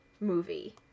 Movie